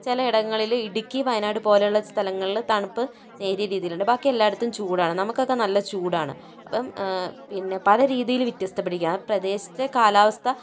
ചിലയിടങ്ങളിലെ ഇടുക്കി വയനാട് പോലെയുള്ള സ്ഥലങ്ങളിൽ തണുപ്പ് നേരിയ രീതിയിലുണ്ട് ബാക്കി എല്ലായിടത്തും ചൂടാണ് നമുക്കൊക്കെ നല്ല ചൂടാണ് അപ്പം പിന്നെ പല രീതിയിൽ വ്യത്യസ്ത പെട്ടിരിക്കുകയാണ് ആ പ്രദേശത്തെ കാലാവസ്ഥ